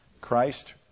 Christ